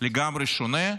לגמרי שונה,